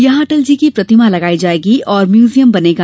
यहां अटलजी की प्रतिमा लगाई जायेगी और म्यूजियम बनेगा